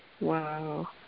Wow